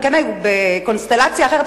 בקונסטלציה אחרת,